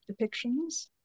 depictions